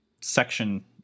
section